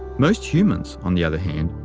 most humans, on the other hand,